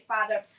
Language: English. Father